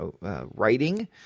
writing